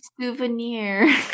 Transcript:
Souvenir